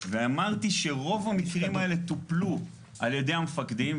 ואמרתי שרוב המקרים האלה טופלו על ידי המפקדים,